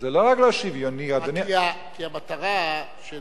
כי המטרה של